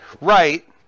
Right